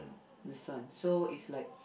this one so is like